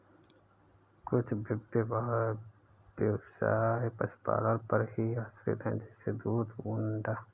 कुछ ब्यवसाय पशुपालन पर ही आश्रित है जैसे दूध, ऊन, अंडा